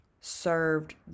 Served